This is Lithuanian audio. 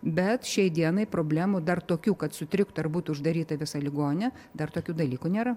bet šiai dienai problemų dar tokių kad sutriktų ar būtų uždaryta visa ligoninė dar tokių dalykų nėra